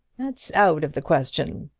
that's out of the question,